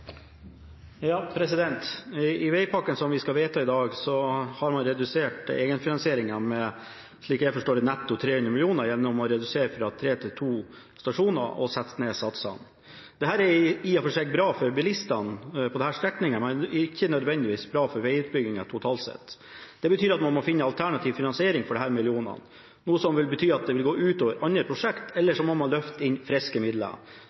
I vegpakken som vi skal vedta i dag, har man redusert egenfinansieringen med, slik jeg forstår det, netto 300 mill. kr gjennom å redusere fra tre til to stasjoner og sette ned satsene. Dette er i og for seg bra for bilistene på denne strekningen, men ikke nødvendigvis bra for vegutbyggingen totalt sett. Det betyr at man må finne alternativ finansiering for disse millionene, noe som vil gå ut over andre prosjekter, eller man må løfte inn friske midler.